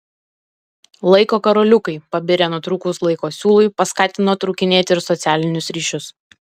laiko karoliukai pabirę nutrūkus laiko siūlui paskatino trūkinėti ir socialinius ryšius